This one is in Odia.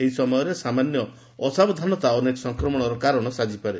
ଏହି ସମୟରେ ସାମାନ୍ୟ ଅସାବଧାନତା ଅନେକ ସଂକ୍ରମଣର କାରଣ ସାଜିପାରେ